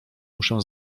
muszę